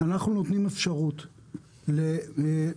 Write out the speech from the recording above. אנחנו נותנים אפשרות למכונה,